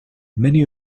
many